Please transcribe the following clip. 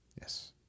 Yes